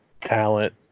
talent